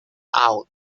out